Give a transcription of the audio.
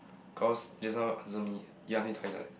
cause just now answer me he ask me twice [what]